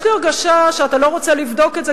יש לי הרגשה שאתה לא רוצה לבדוק את זה,